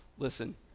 Listen